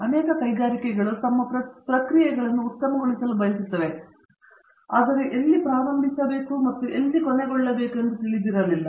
ಅನೇಕ ಕೈಗಾರಿಕೆಗಳು ತಮ್ಮ ಪ್ರಕ್ರಿಯೆಗಳನ್ನು ಉತ್ತಮಗೊಳಿಸಲು ಬಯಸುತ್ತವೆ ಆದರೆ ಎಲ್ಲಿ ಪ್ರಾರಂಭಿಸಬೇಕು ಮತ್ತು ಎಲ್ಲಿ ಕೊನೆಗೊಳ್ಳಬೇಕು ಎಂದು ತಿಳಿದಿರಲಿಲ್ಲ